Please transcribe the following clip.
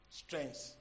strengths